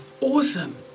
awesome